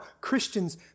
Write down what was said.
Christians